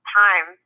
time